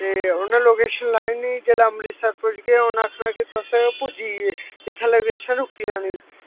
ते उ'नें लोकेशन लाई ओड़नी जेल्लै अमृतसर पुजगे ते उन्नै आखना कि तुस पुज्जी गे इत्थैं लोकेशन रुकी जानी